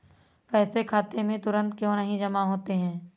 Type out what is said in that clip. पैसे खाते में तुरंत क्यो नहीं जमा होते हैं?